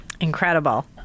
Incredible